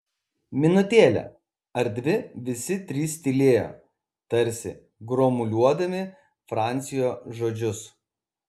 minutėlę ar dvi visi trys tylėjo tarsi gromuliuodami francio žodžius